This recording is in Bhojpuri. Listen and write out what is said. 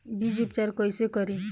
बीज उपचार कईसे करी?